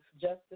justice